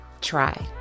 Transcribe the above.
try